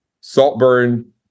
Saltburn